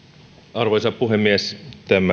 arvoisa puhemies tämä